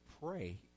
pray